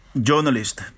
journalist